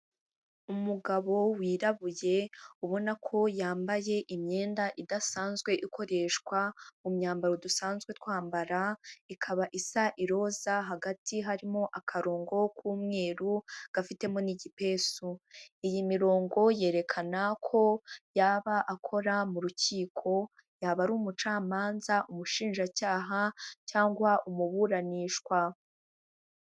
Umugabo wirabuye ubona ko yambaye imyenda idasanzwe ikoreshwa mu myambaro dusanzwe twambara, ikaba isa iroza hagati harimo akarongo k'umweru gafitemo n'igipesu, iyi mirongo yerekana ko yaba akora mu rukiko, yaba ari umucamanza, umushinjacyaha cyangwa umuburanishwa.